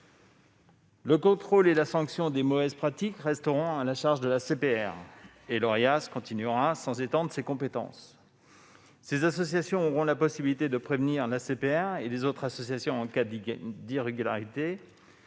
Le contrôle et la sanction des mauvaises pratiques resteront à la charge de l'ACPR, et l'Orias poursuivra ses missions sans étendre ses compétences. Ces associations auront la possibilité de prévenir l'ACPR et les autres associations en cas d'irrégularité,